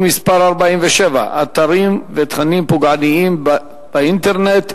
מס' 47) (אתרים ותכנים פוגעניים באינטרנט),